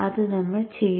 അത് നമ്മൾ ചെയ്തു